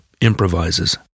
improvises